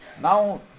Now